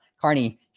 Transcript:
Carney